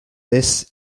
this